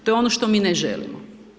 To je ono što mi ne želimo.